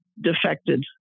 defected